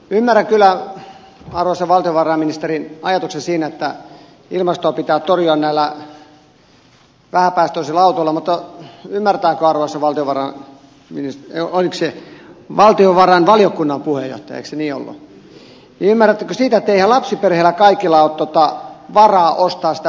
ymmärrän kyllä arvoisan valtiovarainministerin ajatuksen siitä että ilmastonmuutosta pitää torjua näillä vähäpäästöisillä autoilla mutta ymmärtääkö arvoisa valtiovarainvaliokunnan puheenjohtaja eikö se niin ollut ymmärrättekö sitä että eihän kaikilla lapsiperheillä ole varaa ostaa sitä vähäpäästöisempää autoa